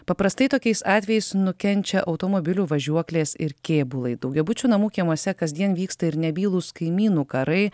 paprastai tokiais atvejais nukenčia automobilių važiuoklės ir kėbulai daugiabučių namų kiemuose kasdien vyksta ir nebylūs kaimynų karai